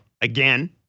again